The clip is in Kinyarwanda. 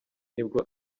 nibwo